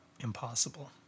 impossible